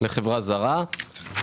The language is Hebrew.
לחברה זרה.